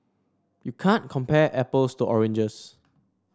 you can't compare apples to oranges